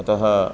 अतः